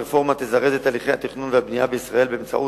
הרפורמה תזרז את הליכי התכנון והבנייה בישראל באמצעות